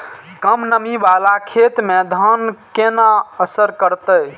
कम नमी वाला खेत में धान केना असर करते?